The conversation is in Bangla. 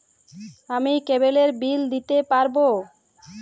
আমি কেবলের বিল দিতে পারবো?